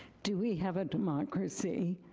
do we have a democracy?